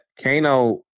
Kano